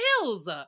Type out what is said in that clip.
hills